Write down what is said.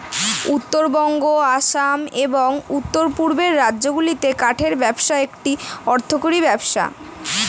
উত্তরবঙ্গ, আসাম, এবং উওর পূর্বের রাজ্যগুলিতে কাঠের ব্যবসা একটা অর্থকরী ব্যবসা